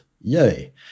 Yay